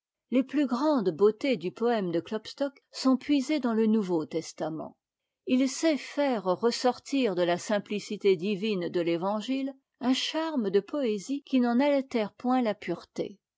les plus grandes beautés du poème de klopstock sont puisées dans le nouveau testament il sait faire ressortir de la simplicité divine de ëvangi e un charme de poésie qui n'en altère point la pureté